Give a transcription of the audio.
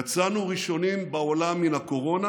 יצאנו ראשונים בעולם מן הקורונה